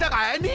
i